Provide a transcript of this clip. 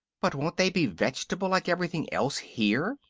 but won't they be veg'table, like everything else here?